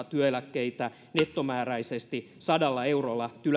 työeläkkeitä nettomääräisesti sadalla eurolla